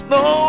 no